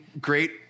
great